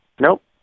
Nope